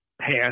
past